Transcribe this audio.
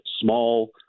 small